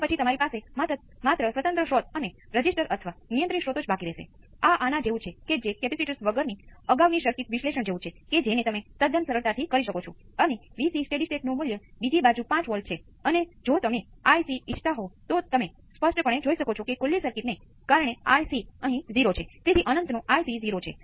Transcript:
તેથી છેવટે આનો પ્રતિભાવ 1 ω c Rનો વર્ગ એ V p વર્ગમૂળ માથી અને cos of ω t ϕ minus time inverse ω c R નો હોય છે